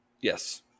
Yes